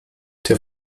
der